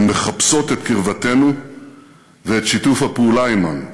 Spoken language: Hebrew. הן מחפשות את קרבתנו ואת שיתוף הפעולה עמנו.